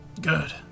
Good